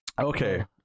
Okay